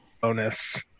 bonus